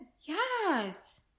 Yes